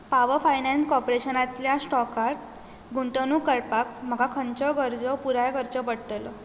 power finance कॉर्पोरेशनांतल्या स्टॉकांत गुंतवणूक करपाक म्हाका खंयच्यो गरजो पुराय करच्यो पडटल्यो